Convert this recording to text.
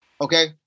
Okay